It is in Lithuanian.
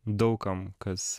daug kam kas